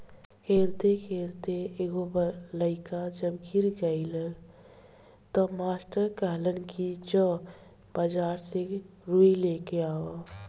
खेलते खेलते एगो लइका जब गिर गइलस त मास्टर कहलन कि जो बाजार से रुई लेके आवा